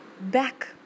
back